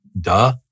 duh